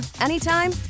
anytime